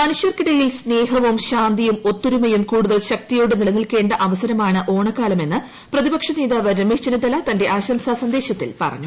മനുഷ്യർക്കിടയിൽ സ്നേഹവും ശാന്തിയും ഒത്തൊരുമയും കൂടുതൽ ശക്തിയോടെ നിലനിൽക്കേണ്ട അവസരമാണ് ഓണക്കാലമെന്ന് പ്രതിപക്ഷ നേതാവ് രമേശ് ചെന്നിത്തല തന്റെ ആശംസാ സന്ദേശത്തിൽ പറഞ്ഞു